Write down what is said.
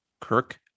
kirk